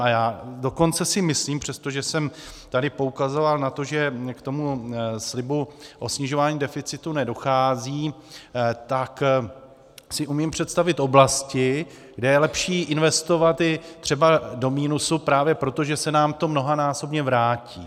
A já dokonce si myslím, přestože jsem tady poukazoval na to, že k tomu slibu o snižování deficitu nedochází, tak si umím představit oblasti, kde je lepší investovat i třeba do minusu právě proto, že se nám to mnohonásobně vrátí.